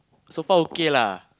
so far okay lah